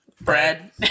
bread